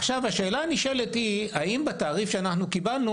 עכשיו השאלה הנשאלת היא האם בתעריף שאנחנו קיבלנו